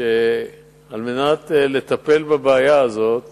שעל מנת לטפל בבעיה הזאת